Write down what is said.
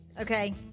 okay